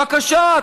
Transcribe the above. בבקשה,